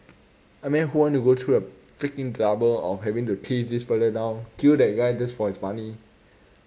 I meant who want to go through a freaking trouble of having to chase this fella down kill that guy just for his money